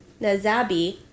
nazabi